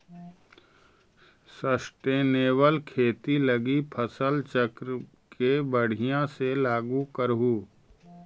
sustainable खेती लागी फसल चक्र के बढ़ियाँ से लागू करहूँ